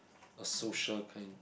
a social kind